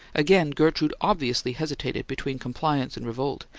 again gertrude obviously hesitated between compliance and revolt,